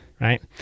right